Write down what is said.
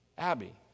Abby